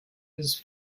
his